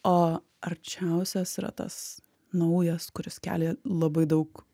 o arčiausias yra tas naujas kuris kelia labai daug